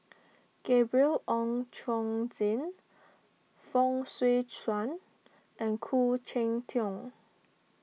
Gabriel Oon Chong Jin Fong Swee Suan and Khoo Cheng Tiong